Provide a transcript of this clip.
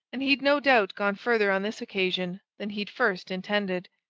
and he'd no doubt gone further on this occasion than he'd first intended.